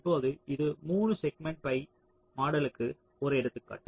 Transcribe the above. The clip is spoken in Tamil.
இப்போது இது 3 செக்மென்ட் பை மாடலுக்கு ஒரு எடுத்துக்காட்டு